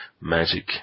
magic